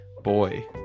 boy